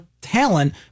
talent